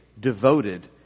devoted